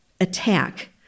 attack